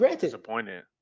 disappointed